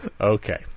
Okay